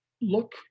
look